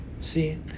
see